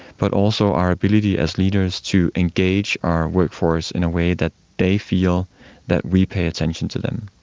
but also our ability as leaders to engage our workforce in a way that they feel that we pay attention to them.